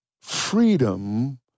freedom